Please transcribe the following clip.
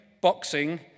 boxing